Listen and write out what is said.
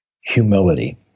Humility